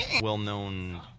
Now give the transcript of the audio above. well-known